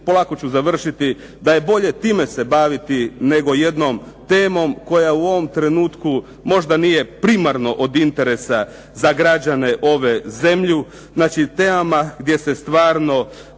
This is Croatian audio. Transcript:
polako ću završiti da je bolje se time baviti nego jednom temom koja u ovom trenutku možda nije primarno od interesa za građane ove zemlje, znači temama gdje se stvarno